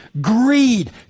greed